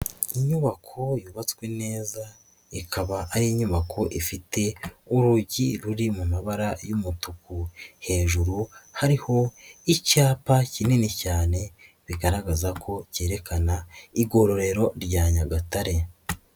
Inyubako yubatswe neza ikaba ari inyubako ifite urugi ruri mu mabara y'umutuku, hejuru hariho icyapa kinini cyane bigaragaza ko cyerekana Igororero rya Nyagatare.